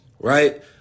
right